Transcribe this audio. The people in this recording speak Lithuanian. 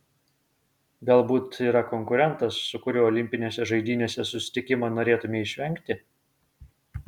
galbūt yra konkurentas su kuriuo olimpinėse žaidynėse susitikimo norėtumei išvengti